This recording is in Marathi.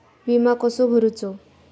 विमा कसो भरूचो?